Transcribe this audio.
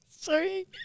Sorry